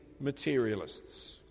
materialists